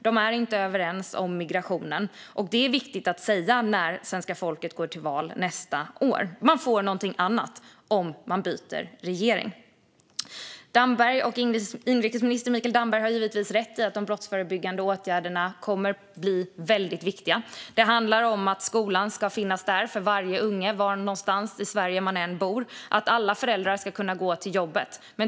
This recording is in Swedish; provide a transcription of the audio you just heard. De är inte överens om migrationen. Detta är viktigt att säga när svenska folket går till val nästa år. Man får något annat om man byter regering. Inrikesminister Mikael Damberg har givetvis rätt i att de brottsförebyggande åtgärderna kommer att bli väldigt viktiga. Det handlar om att skolan ska finnas där för varje unge, var man än bor i Sverige, och att alla föräldrar ska kunna gå till jobbet.